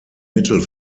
mittel